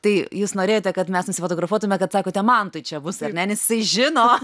tai jūs norėjote kad mes nusifotografuotume kad sakote mantui čia bus ar ne jisai žino